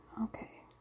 okay